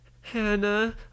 Hannah